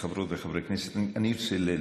חברות וחברי כנסת נכבדים,